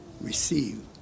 receive